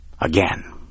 again